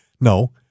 No